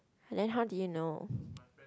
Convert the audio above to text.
then how do you know